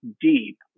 deep